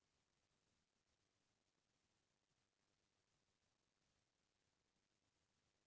आज सब्बो बेंक ह लइका मन के सिक्छा बर लोन देवत हे